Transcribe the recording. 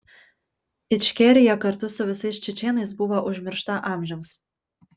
ičkerija kartu su visais čečėnais buvo užmiršta amžiams